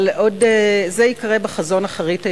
אבל זה חזון שיקרה באחרית הימים.